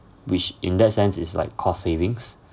which in that sense is like cost savings